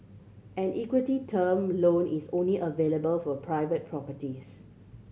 an equity term loan is only available for private properties